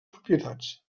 propietats